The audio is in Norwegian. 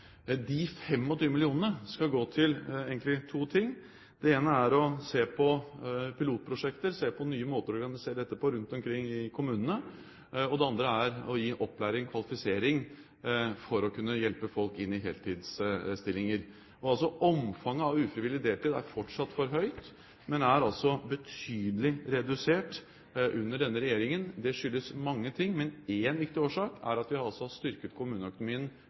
De 25 mill. kr skal gå til to ting. Det ene er å se på pilotprosjekter, se på nye måter å organisere dette på rundt omkring i kommunene, og det andre er å gi opplæring, kvalifisering, for å kunne hjelpe folk inn i heltidsstillinger. Omfanget av ufrivillig deltid er fortsatt for høyt, men det er altså betydelig redusert under denne regjeringen. Det skyldes mange ting, men én viktig årsak er at vi har styrket kommuneøkonomien